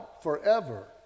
forever